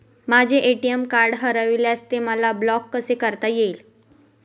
माझे ATM card हरविल्यास ते मला ब्लॉक कसे करता येईल?